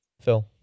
Phil